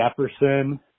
Jefferson